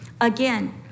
Again